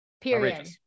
period